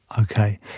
Okay